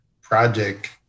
project